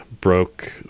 broke